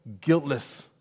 guiltless